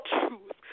truth